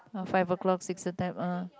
five o clock six a type uh